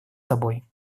тобой